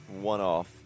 one-off